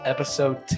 Episode